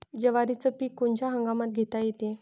जवारीचं पीक कोनच्या हंगामात घेता येते?